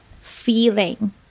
feeling